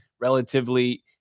relatively